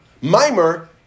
Mimer